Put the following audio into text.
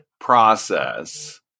process